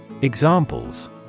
Examples